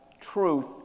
truth